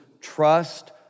trust